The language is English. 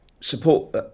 support